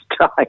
time